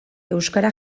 euskara